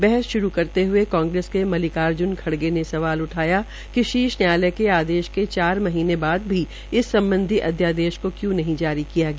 बहस श्रू करते हए कांग्रेस के मल्लिकार्ज्न खड़गे ने सवाल उठाया कि शीर्ष न्यायालय के आदेश के चार महीने के बाद भी इस सम्बधी अध्यादेश को क्यूं नहीं जारी किया गया